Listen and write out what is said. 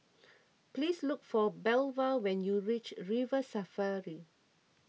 please look for Belva when you reach River Safari